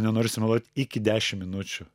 nenoriu sumeluot iki dešim minučių